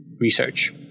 research